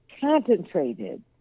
concentrated